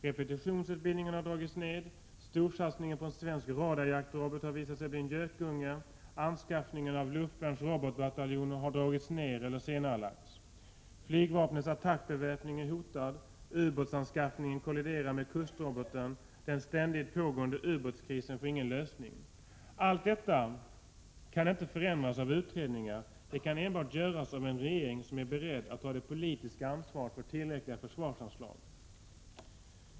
Repetitionsutbildningen har dragits ned, storsatsningen på en svensk radarjaktrobot har visat sig bli en gökunge, anslagen till anskaffning av luftvärnsrobotbataljoner har dragits ned eller senarelagts. Flygvapnets attackbeväpning är hotad, ubåtsanskaffningen kolliderar med kustroboten, och den ständigt pågående ubåtskrisen får ingen lösning. Dessa brister kommer man inte till rätta med genom utredningar. De kan endast ske genom en regering som är beredd att ta det politiska ansvaret för tillräckliga försvarsanslag.